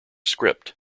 script